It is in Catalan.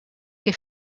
que